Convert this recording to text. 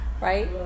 Right